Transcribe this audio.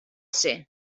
ser